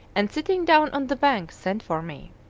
and, sitting down on the bank, sent for me.